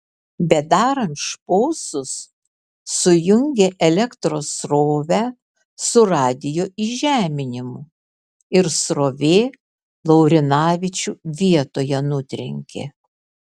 bedarant šposus sujungė elektros srovę su radijo įžeminimu ir srovė laurinavičių vietoje nutrenkė